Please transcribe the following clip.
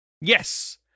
Yes